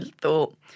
thought